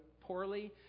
poorly